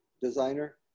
designer